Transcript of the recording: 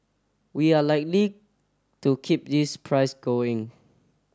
we are likely to keep this price going